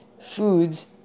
foods